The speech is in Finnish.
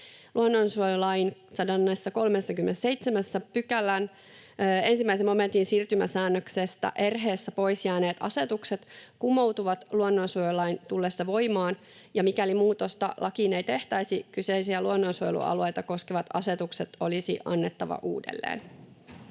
Luonnonsuojelulain 137 §:n 1 momentin siirtymäsäännöksestä erheessä pois jääneet asetukset kumoutuvat luonnonsuojelulain tullessa voimaan, ja mikäli muutosta lakiin ei tehtäisi, kyseisiä luonnonsuojelualueita koskevat asetukset olisi annettava uudelleen.